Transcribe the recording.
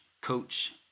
coach